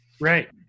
Right